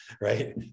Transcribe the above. right